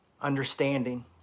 understanding